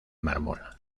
mármol